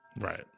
Right